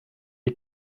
les